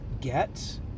get